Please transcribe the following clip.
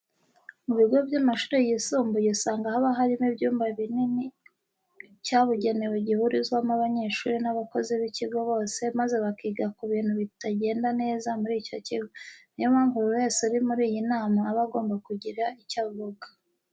Mu bigo by'amashuri yisumbuye usanga haba harimo icyumba kinini cyabugenewe gihurizwamo abanyeshuri n'abakozi b'ikigo bose maze bakiga ku bintu bitagenda neza muri icyo kigo. Niyo mpamvu buri wese uri muri iyi nama aba agomba kugira icyo avuga.